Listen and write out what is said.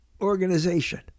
organization